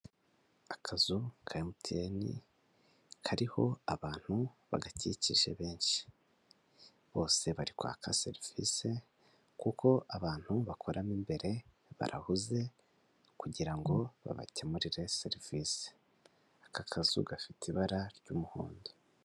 Akazu ka MTN kariho abantu bagakikije benshi, bose bari kwaka serivisi kuko abantu bakoramo imbere barahuze kugira ngo babakemurire serivisi, aka kazu gafite ibara ry'umuhondo.